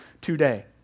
today